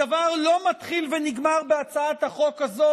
הדבר לא מתחיל ונגמר בהצעת החוק הזו,